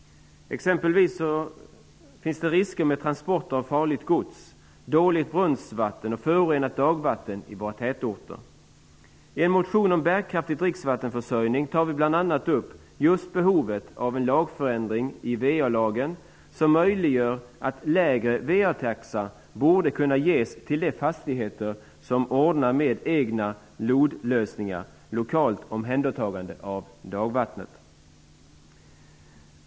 Det finns exempelvis risker med transporter av farligt gods, dåligt brunnsvatten och förorenat dagvatten i våra tätorter. I en motion om bärkraftig dricksvattenförsörjning tar vi bl.a. upp just behovet av en lagförändring i VA-lagen som möjliggör att lägre VA-taxa skulle kunna ges till de fastigheter som ordnar med egna LOD-lösningar, dvs. lösningar för lokalt omhändertagande av dagvatten.